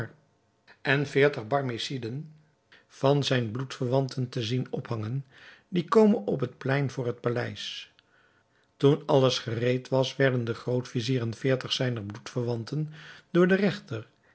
en veertig barmeciden van zijn bloedverwanten te zien ophangen die kome op het plein voor het paleis toen alles gereed was werden de groot-vizier en veertig zijner bloedverwanten door den regter